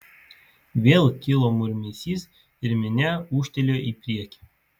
vėl kilo murmesys ir minia ūžtelėjo į priekį